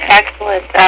excellent